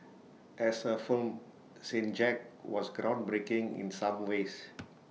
as A film saint Jack was groundbreaking in some ways